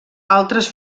altres